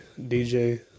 DJ